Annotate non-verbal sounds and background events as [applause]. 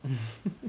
[laughs]